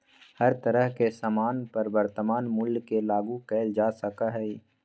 हर तरह के सामान पर वर्तमान मूल्य के लागू कइल जा सका हई